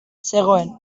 zegoen